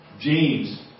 James